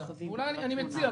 אני מציע,